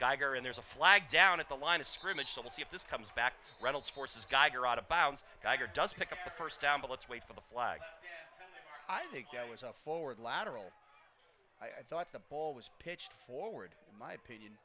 geiger and there's a flag down at the line of scrimmage so we'll see if this comes back reynolds forces geiger out of bounds tiger does pick up the first down but let's wait for the flag i think i was a forward lateral i thought the ball was pitched forward in my opinion